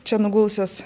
čia nugulusios